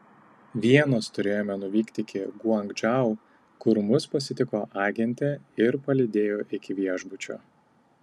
vienos turėjome nuvykti iki guangdžou kur mus pasitiko agentė ir palydėjo iki viešbučio